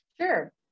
Sure